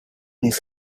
his